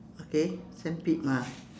okay sandpit ah